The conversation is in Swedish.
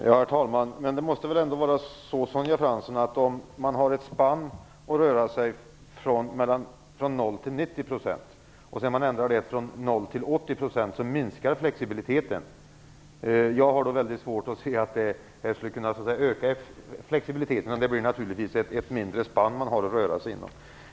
Herr talman! Men det måste väl ändå vara så, Sonja Fransson, att om man har ett spann att röra sig inom från 0 % till 90 % och ändrar det till att gälla från 0 % till 80 % så minskar flexibiliteten. Jag har då svårt att se att flexibiliteten skulle öka. Naturligtvis blir det ett mindre spann att röra sig inom.